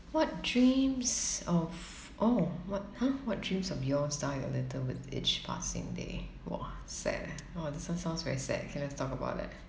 what dreams of oh what !huh! what dreams of yours die a little with each passing day !wah! sad eh oh this one sounds very sad K let's talk about that